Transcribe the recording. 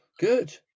good